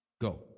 Go